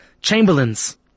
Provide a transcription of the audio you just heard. chamberlains